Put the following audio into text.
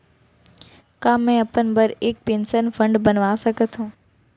का मैं अपन बर एक पेंशन फण्ड बनवा सकत हो?